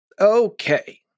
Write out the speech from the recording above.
Okay